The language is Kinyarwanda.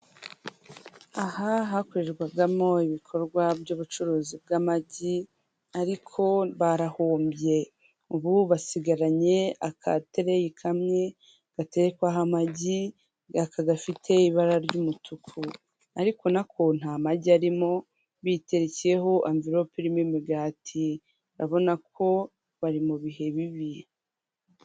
Aha hakorerwagamo ibikorwa by'ubucuruzi bw'amagi, ariko barahombye. Ubu basigaranye akatereyi kamwe gaterekwaho amagi, aka gafite ibara ry'umutuku. Ariko na ko nta magi arimo, biterekeyeho amvilope irimo imigati. Urabona ko bari mu bihe bibi.